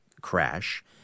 crash